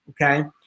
Okay